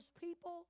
people